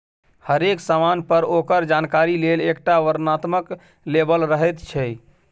हरेक समान पर ओकर जानकारी लेल एकटा वर्णनात्मक लेबल रहैत छै